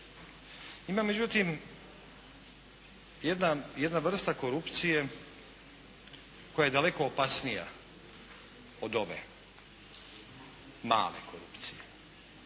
Ima međutim jedna vrsta korupcije koja je daleko opasnija od ove male korupcije.